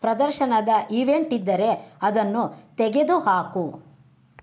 ಪ್ರದರ್ಶನದ ಈವೆಂಟಿದ್ದರೆ ಅದನ್ನು ತೆಗೆದುಹಾಕು